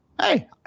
Hey